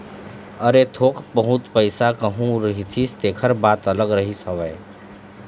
अरे थोक बहुत पइसा कहूँ रहितिस तेखर बात अलगे रहिस हवय